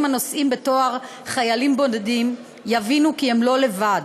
הנושאים בתואר "חיילים בודדים" יבינו כי הם לא לבד.